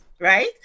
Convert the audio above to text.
right